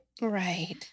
Right